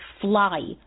fly